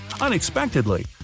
Unexpectedly